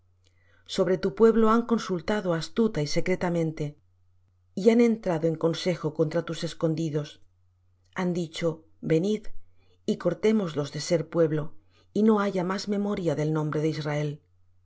sobre tu pueblo han consultado astuta y secretamente y han entrado en consejo contra tus escondidos han dicho venid y cortémoslos de ser pueblo y no haya más memoria del nombre de israel